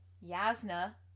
Yasna